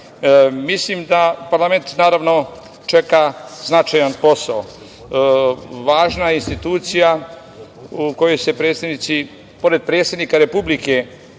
Mislim da parlament naravno čeka značajan posao. Važna institucija u kojoj se predstavnici, pored predsednika Republike,